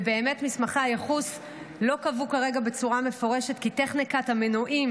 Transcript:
ומסמכי הייחוס לא קבעו כרגע בצורה מפורשת כי טכניקת המנועים,